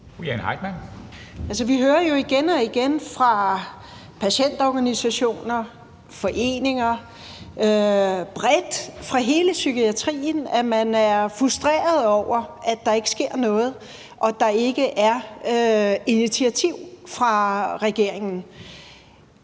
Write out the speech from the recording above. vi hører jo igen og igen fra patientorganisationer, foreninger og bredt fra hele psykiatrien, at man er frustreret over, at der ikke sker noget og der ikke er initiativ fra regeringens